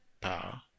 power